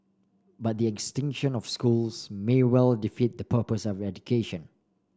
but the extinction of schools may well defeat the purpose of education